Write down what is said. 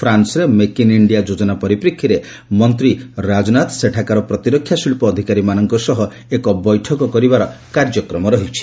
ପ୍ରାନ୍ବରେ make in India ଯୋଜନା ପରିପ୍ରେକ୍ଷୀରେ ମନ୍ତ୍ରୀ ଶ୍ରୀ ସିଂହ ସେଠାକାର ପ୍ରତିରକ୍ଷା ଶିଳ୍ପ ଅଧିକାରୀମାନଙ୍କ ସହ ଏକ ବୈଠକ କରିବାର କାର୍ଯ୍ୟକ୍ରମ ରହିଛି